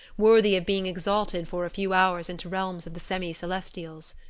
worthy of being exalted for a few hours into realms of the semi-celestials.